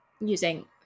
using